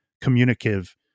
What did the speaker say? communicative